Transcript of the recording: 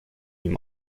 ihm